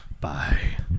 Bye